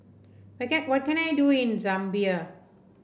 what can I do in Zambia